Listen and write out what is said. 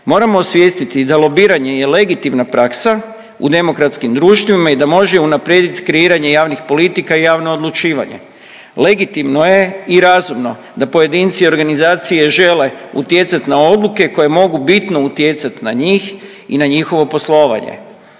Moramo osvijestiti da lobiranje je legitimna praksa u demokratskim društvima i da može unaprijedit kreiranje javnih politika i javno odlučivanje. Legitimno je i razumno da pojedinci organizacije žele utjecat na odluke koje mogu bitno utjecat na njih i na njihovo poslovanje.